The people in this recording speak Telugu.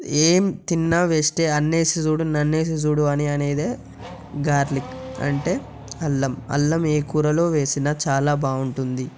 ఏం తిన్న వేస్తే అన్నేసి చూడు నన్నేసి చూడు అనేదే గార్లిక్ అంటే అల్లం అల్లం ఏ కూరలో వేసినా చాలా బాగుంటుంది